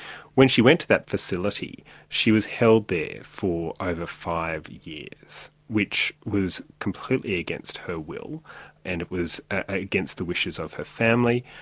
when she went to that facility she was held there for over five years, which was completely against her will and it was against the wishes of her family,